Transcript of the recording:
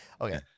okay